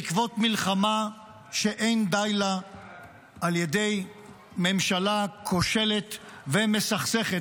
בעקבות מלחמה שאין די לה על ידי ממשלה כושלת ומסכסכת.